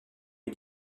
est